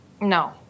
No